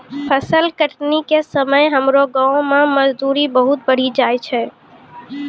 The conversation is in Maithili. फसल कटनी के समय हमरो गांव मॅ मजदूरी बहुत बढ़ी जाय छै